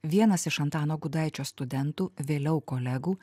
vienas iš antano gudaičio studentų vėliau kolegų